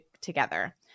together